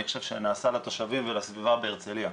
חושב שנעשה לתושבים ולסביבה בהרצליה.